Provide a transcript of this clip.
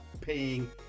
paying